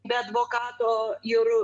be advokato ir